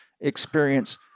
experience